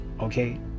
okay